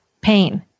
pain